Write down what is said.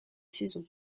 saisons